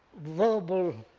verbal,